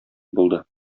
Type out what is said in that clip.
булды